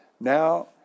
Now